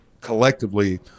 collectively